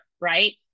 right